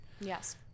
yes